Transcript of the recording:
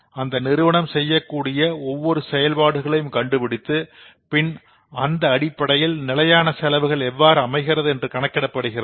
அந்த நிறுவனம் செய்யக்கூடிய ஒவ்வொரு செயல்பாடுகளையும் கண்டுபிடித்து பின் அந்த அடிப்படையில் நிலையான செலவுகள் எவ்வாறு அமைகிறது என்று கணக்கிடப்படுகிறது